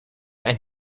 and